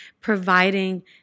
providing